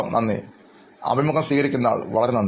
നന്ദി മുഖം സ്വീകരിക്കുന്നയാൾ വളരെ നന്ദി